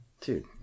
Dude